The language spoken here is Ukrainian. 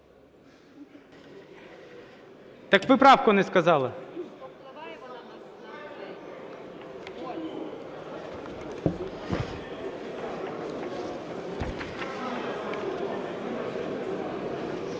Так ви правку не сказали.